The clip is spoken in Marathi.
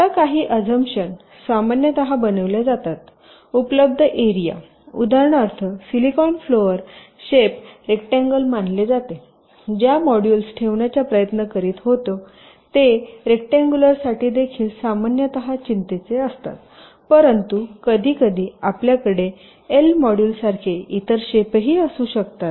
आता काही आझमशन सामान्यतः बनविल्या जातात उपलब्ध एरिया उदाहरणार्थ सिलिकॉन फ्लोर शेप रेक्टांगुलर मानले जातेज्या मॉड्यूल्स ठेवण्याचा प्रयत्न करीत होते ते रेक्टांगुलरसाठी देखील सामान्यत चिंतेचे असतात परंतु कधीकधी आपल्याकडे एल मॉड्यूलसारखे इतर शेप ही असू शकतात